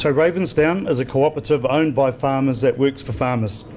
so ravensdown is a cooperative, owned by farmers, that works for farmers.